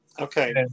Okay